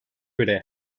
göre